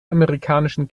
amerikanischen